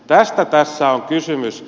tästä tässä on kysymys